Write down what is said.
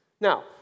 Now